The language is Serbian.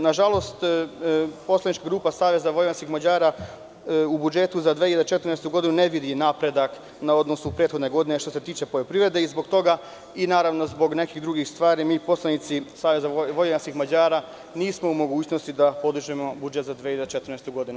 Nažalost, poslanička grupa Saveza vojvođanskih Mađara u budžetu za 2014. godinu ne vidi napredak u odnosu na prethodnu godinu što se tiče poljoprivrede i zbog toga, kao i zbog nekih drugih stvari, mi poslanici SVM nismo u mogućnosti da podržimo budžet za 2014. godinu.